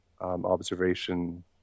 observation